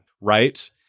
right